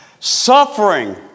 Suffering